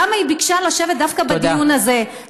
למה היא ביקשה לשבת דווקא בדיון הזה?